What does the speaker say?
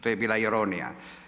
To je bila ironija.